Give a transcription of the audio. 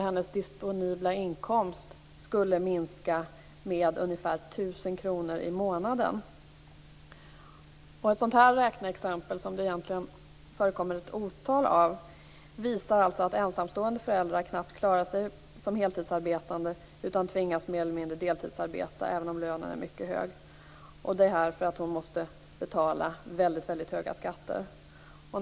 Hennes disponibla inkomst skulle minska med ungefär 1 000 Ett sådant räkneexempel, som det egentligen förekommer ett otal av, visar alltså att ensamstående föräldrar knappt klarar sig som heltidsarbetande utan tvingas mer eller mindre deltidsarbeta även om lönen är mycket hög, och detta därför att de måste betala mycket höga skatter.